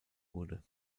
wurde